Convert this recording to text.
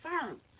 firm